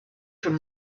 from